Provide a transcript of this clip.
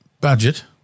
budget